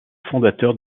fondateurs